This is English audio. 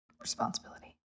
responsibility